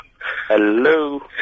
Hello